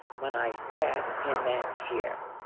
when i sat in that chair.